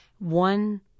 one